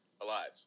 alive